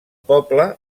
poble